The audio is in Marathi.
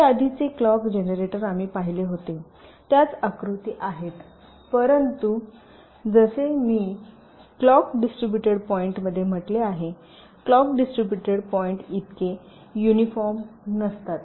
हे आधीचे क्लॉक जेनरेटर आम्ही पाहिले होते त्याच आकृती आहे परंतु जसे मी क्लॉक डिस्ट्रीब्युटेड पॉईंटमध्ये म्हटले आहे क्लॉक डिस्ट्रीब्युटेड पॉईंटइतके युनिफॉर्म नसतात